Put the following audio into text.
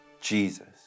jesus